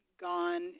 gone